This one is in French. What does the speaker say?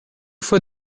fois